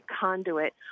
conduit